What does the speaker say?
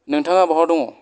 नोंथाङा बहा दङ